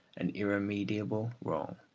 an irremediable wrong.